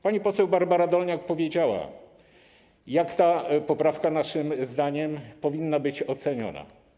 Pani poseł Barbara Dolniak powiedziała, jak ta poprawka naszym zdaniem powinna być oceniona.